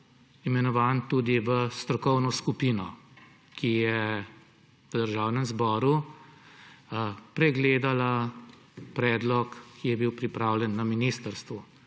imenovan tudi v strokovno skupino, ki je v Državnem zboru pregledala predlog, ki je bil pripravljen na ministrstvu.